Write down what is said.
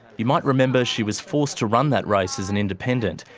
you might remember she was forced to run that race as an independent,